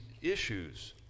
issues